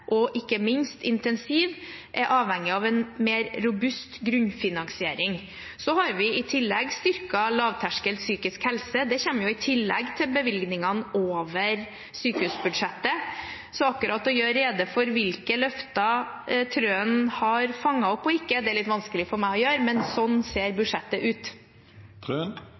og ikke minst intensiv, er avhengig av en mer robust grunnfinansiering. Så har vi i tillegg styrket lavterskel psykisk helse. Det kommer i tillegg til bevilgningene over sykehusbudsjettet. Så akkurat hvilke løfter Wilhelmsen Trøen har fanget opp og ikke, er litt vanskelig for meg å gjøre rede for, men sånn ser budsjettet ut.